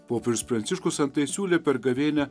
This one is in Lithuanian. popiežius pranciškus antai siūlė per gavėnią